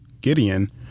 Gideon